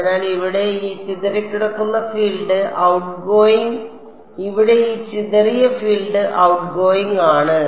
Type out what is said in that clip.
അതിനാൽ ഇവിടെ ഈ ചിതറിക്കിടക്കുന്ന ഫീൽഡ് ഔട്ട്ഗോയിംഗ് ഇവിടെ ഈ ചിതറിയ ഫീൽഡ് ഔട്ട്ഗോയിംഗ് ആണ്